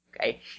okay